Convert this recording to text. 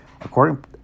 According